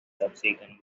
subsequent